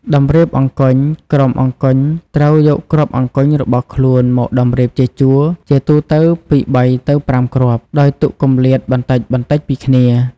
តម្រៀបអង្គញ់ ក្រុមអង្គញ់ត្រូវយកគ្រាប់អង្គញ់របស់ខ្លួនមកតម្រៀបជាជួរ ជាទូទៅពី ៣ ទៅ ៥ គ្រាប់ ដោយទុកគម្លាតបន្តិចៗពីគ្នា ។